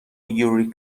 یوری